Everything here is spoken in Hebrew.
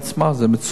זה מצוין,